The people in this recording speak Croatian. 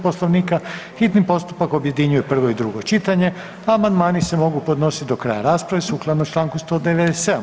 Poslovnika hitni postupak objedinjuje prvo i drugo čitanje, a amandmani se mogu podnositi do kraja rasprave sukladno Članku 197.